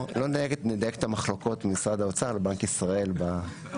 לא נדייק את המחלוקות בין משרד האוצר לבנק ישראל ב לא,